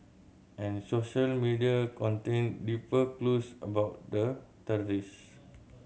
and social media contained deeper clues about the terrorist